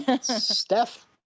Steph